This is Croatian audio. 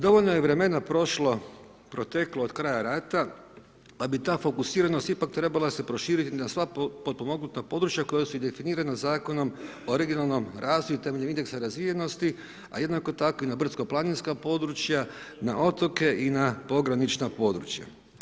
Dovoljno je vremena prošlo, proteklo od kraja rata pa bi ta fokusiranost ipak trebala se proširiti na sva potpomognuta područja koja su i definirana Zakonom o regionalnom razviju temeljem indeksa razvijenosti a jednako tako i na brdsko-planinska područja, na otoke i na pogranična područja.